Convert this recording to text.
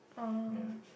oh